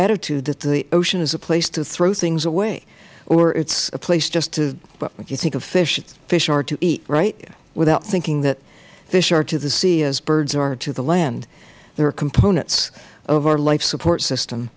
attitude that the ocean is a place to throw things away or it is a place just to well you think of fish fish are to eat right without thinking that fish are to the sea as birds are to the land they are components of our life support system